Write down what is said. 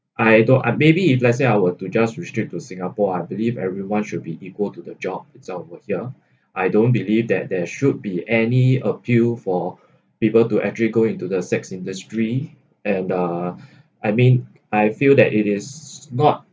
I don't uh maybe if let's say I were to just restrict to singapore I believe everyone should be equal to the job itself over here I don't believe that there should be any appeal for people to actually go into the sex industry and uh I mean I feel that it is not